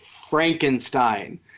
Frankenstein